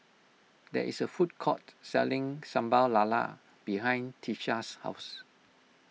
there is a food court selling Sambal Lala behind Tisha's house